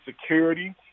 security